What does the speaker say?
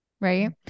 Right